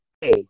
Hey